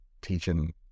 teaching